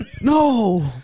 No